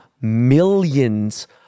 millions